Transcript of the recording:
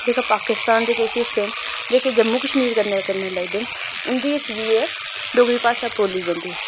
जेह्का पाकिस्तान दे किश हिस्से न जेह्के जम्मू कश्मीर कन्नै कन्नै लगदे न उं'दे बिच्च बी एह् डोगरी भाशा बोली जंदी